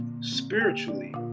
spiritually